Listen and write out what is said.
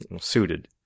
suited